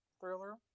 thriller